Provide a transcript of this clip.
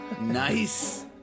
Nice